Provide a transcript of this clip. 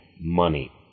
money